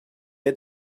had